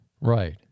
Right